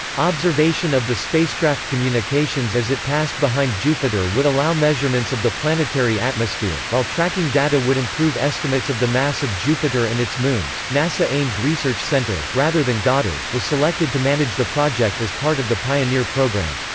observation of the spacecraft communications as it passed behind jupiter would allow measurements of the planetary atmosphere, while tracking data would improve estimates of the mass of jupiter and its moons nasa ames research center, rather than goddard, was selected to manage the project as part of the pioneer program.